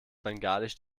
bengalisch